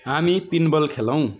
हामी पिनबल खेलौँ